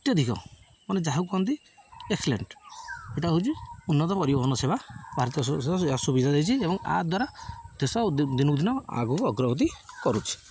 ଅତ୍ୟଧିକ ମାନେ ଯାହାକୁ କୁହନ୍ତି ଏକ୍ସେଲେଣ୍ଟ ଏଇଟା ହେଉଛି ଉନ୍ନତ ପରିବହନ ସେବା ଭାରତ ଅସୁବିଧା ଦେଇଛି ଏବଂ ଏହା ଦ୍ୱାରା ଦେଶ ଦିନକୁ ଦିନ ଆଗକୁ ଅଗ୍ରଗତି କରୁଛି